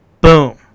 boom